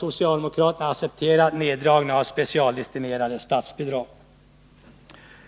Socialdemokraterna accepterar också neddragning av specialdestinerade statsbidrag.